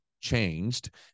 changed